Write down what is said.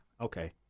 okay